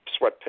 sweatpants